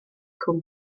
cwm